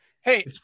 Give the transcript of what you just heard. hey